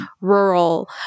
rural